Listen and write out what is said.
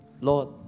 Lord